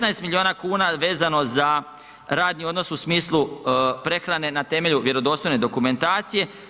16 milijuna kuna vezano za radni odnos u smislu prehrane na temelju vjerodostojne dokumentacije.